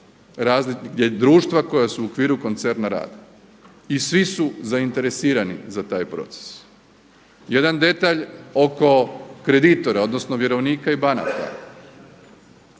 gdje društva koja su u okviru koncerna rade i svi su zainteresirani za taj proces, jedan detalj oko kreditora odnosno vjerovnika i banaka.